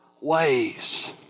ways